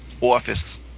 office